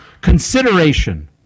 consideration